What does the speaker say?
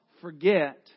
forget